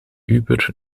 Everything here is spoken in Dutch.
uber